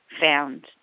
found